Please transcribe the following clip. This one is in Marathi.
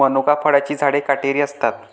मनुका फळांची झाडे काटेरी असतात